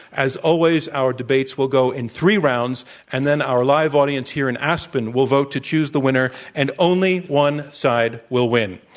as always, our debates will go in three rounds and then our live audience here in aspen will vote to choose the winner and only one side will win.